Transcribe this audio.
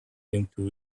into